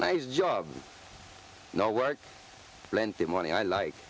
nice job no work plenty of money i like